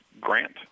Grant